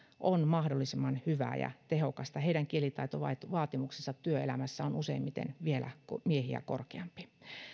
on mahdollisimman hyvää ja tehokasta heidän kielitaitovaatimuksensa työelämässä on useimmiten vielä miehiä korkeampi